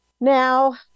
now